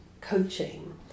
coaching